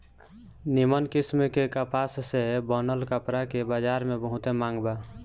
निमन किस्म के कपास से बनल कपड़ा के बजार में बहुते मांग बा